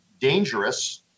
dangerous